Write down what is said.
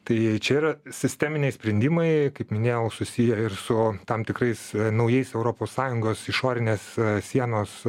tai čia yra sisteminiai sprendimai kaip minėjau susiję ir su tam tikrais naujais europos sąjungos išorinės sienos